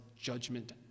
judgment